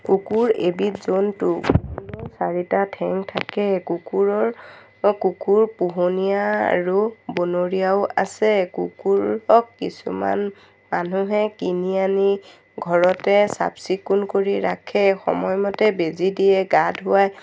কুকুৰ এবিধ জন্তু কুকুৰৰ চাৰিটা ঠেং থাকে কুকুৰৰ অ কুকুৰ পোহনীয়া আৰু বনৰীয়াও আছে কুকুৰক কিছুমান মানুহে কিনি আনি ঘৰতে চাফ চিকুণ কৰি ৰাখে সময়মতে বেজী দিয়ে গা ধুৱাই